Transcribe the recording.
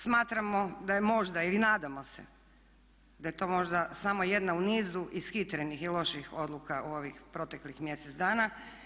Smatramo da je možda ili nadamo se da je to možda samo jedna u nizu ishitrenih i loših odluka u ovih proteklih mjesec dana.